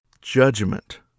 Judgment